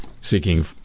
seeking